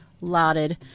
Lauded